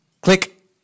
click